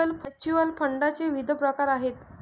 mutual फंडाचे विविध प्रकार आहेत